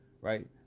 right